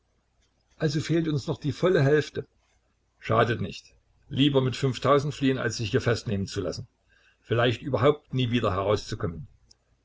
also fehlt uns noch die volle hälfte schadet nicht lieber mit fliehen als sich hier festnehmen zu lassen und vielleicht überhaupt nie wieder herauszukommen